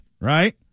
right